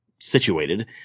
situated